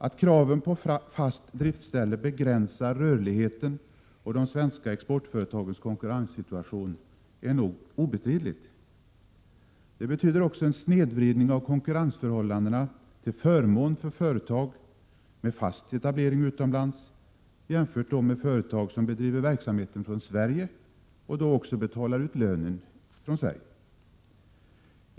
Att kravet på fast driftställe begränsar rörligheten och de svenska exportföretagens konkurrenssituation är nog obestridligt. Det betyder också en snedvridning av konkurrensförhållandena till förmån för företagen med fast etablering utomlands jämfört med företag som bedriver verksamhet från Sverige och då också betalar ut lönen från Sverige.